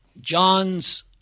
John's